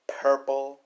purple